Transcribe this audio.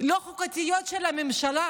לא חוקתיות של הממשלה.